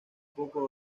poco